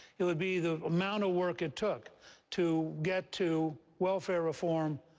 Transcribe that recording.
it would be the amount of work it took to get to welfare reform,